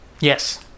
Yes